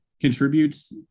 contributes